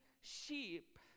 sheep